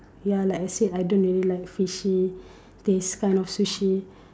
ya like I said I don't really like fishy taste kind of sushi